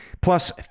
Plus